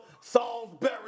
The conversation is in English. Salisbury